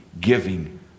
giving